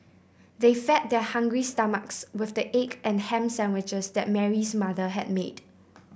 they fed their hungry stomachs with the egg and ham sandwiches that Mary's mother had made